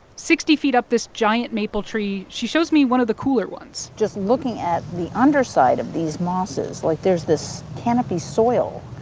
sixty feet up this giant maple tree, she shows me one of the cooler ones just looking at the underside of these mosses, like, there's this canopy soil.